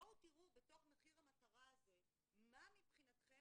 בואו תראו בתוך מחיר המטרה הזה מה מבחינתכם